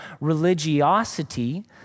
religiosity